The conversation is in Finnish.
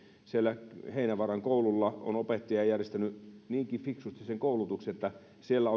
siellä heinävaaran koululla on opettaja järjestänyt niinkin fiksusti sen koulutuksen että siellä